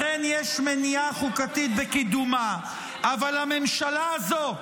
לכן יש מניעה חוקתית בקידומה, אבל הממשלה הזו,